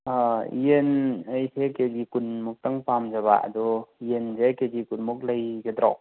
ꯌꯦꯟ ꯑꯩꯁꯦ ꯀꯦꯖꯤ ꯀꯨꯟꯃꯨꯛꯇꯪ ꯄꯥꯝꯖꯕ ꯑꯗꯣ ꯌꯦꯟꯁꯦ ꯀꯦꯖꯤ ꯀꯨꯟꯃꯨꯛ ꯂꯩꯒꯗ꯭ꯔꯣ